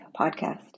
podcast